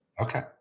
Okay